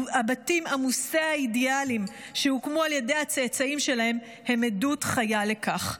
הבתים עמוסי האידיאלים שהוקמו על ידי הצאצאים שלהם הם עדות חיה לכך.